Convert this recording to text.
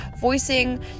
voicing